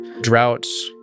droughts